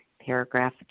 paragraph